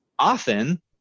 Often